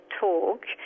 talk